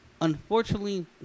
unfortunately